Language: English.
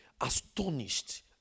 astonished